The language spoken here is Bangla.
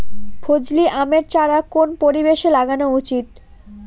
ফজলি আমের চারা কোন পরিবেশে লাগানো উচিৎ?